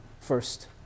first